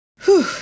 Whew